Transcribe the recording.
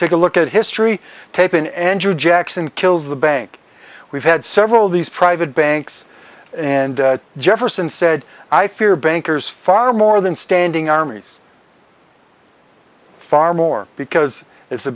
take a look at history taken andrew jackson kills the bank we've had several of these private banks and jefferson said i fear bankers far more than standing armies far more because it's the